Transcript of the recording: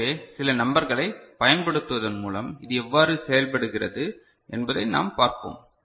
எனவே சில நம்பர்களை பயன்படுத்துவதன் மூலம் இது எவ்வாறு செயல்படுகிறது என்பதை நாம் பார்ப்போம்